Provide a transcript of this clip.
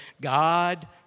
God